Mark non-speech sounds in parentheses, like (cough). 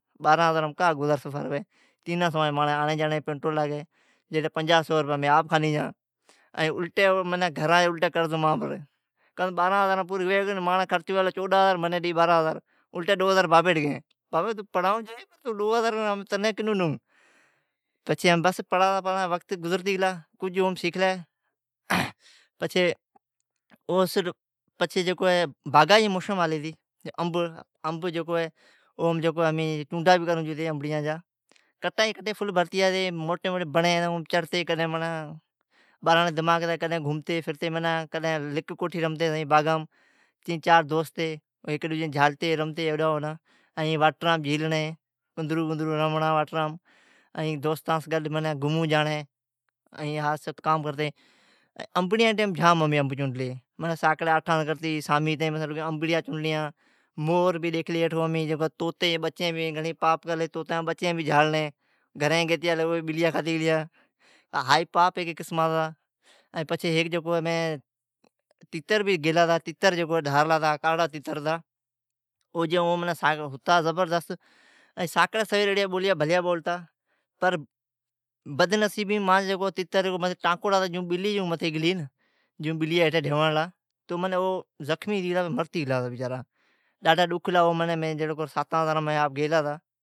باراھن ہزار ماں کا گزر سفر ہلے، تین سوئاں میں ماں نو آنڑے جانڑے رو پیٹرول لاگے جیکڈنہں پنجاہ سو میں آپ (unintelligible) جاں ائیں الٹے گھراں قرض تھے جاں۔ بارانہں ہزار میں پوری تھے ناں ماں را خرچ تھے چوڈانہں ہزار او ڈیں بارانہں ہزار الٹا ڈوں ہزار بابے وٹا لیا بابا توں پڑہانڑ جائیں ڈوں ہزار تنیں کنوچھے بس پڑہالا پڑہالا وقت گزرتے گیلا کچھ سیکھے (hesitation) پچھے او صرف پچھے جکو اے باغاں ئے موسم ہلے تی انب جکو اہیں ہمیں چونڈائی بھی کراں تا کٹائی کرے فل بھرتی ڈے موٹیں موٹیں پڑیں چڑہتیں کڈنہں ماناں باراں رے دماغ میں گھومتیں کڈانہں کڈہیں لک لکوٹی باغاں میں چار دوستیں ہک ڈوجے ناں جھالتے رمتے ہیڈانہں ہوڈانہں ائیں واٹر میں بھیلڑیں اندرو بندرو رمنڑا ائیں دوستاں سیں گڈ گھومو جانڑیں ائیں کام کرتیں انبڑیاں رے ٹیم ماناں جام انب چونڈتیں ماناں ساکڑا اٹھاں تھیں کرتی سام تائیں انبڑیاں چونڈیلیاں، مور بھی ہمیں ڈیکھیلو طوطے بچیں بھی گھنڑیں جھاللیں ائیں پاپ بھی کرلی گھریں گیتی آلی بلیاں کھتی گلیا۔ اے پاپ اے ہک قسماں ناں ہیک پچھے میں تتر بھی جھیلا تا تتر بھی دھارلا ہتا کارڑا تتر ہتا۔ بولیاں بھلیاں بولتا پر بدنصیبی مانجی تتر جکو ٹانکوڑا ہتا بلی جکو متھے گلی جو بلی ہیٹھا جھلیا لا تو او زخمی تھیتا مرتا گیلا ڈاڈھا ڈوکھ تھیلا منیں۔